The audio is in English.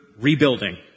rebuilding